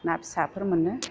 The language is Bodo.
ना फिसाफोर मोनो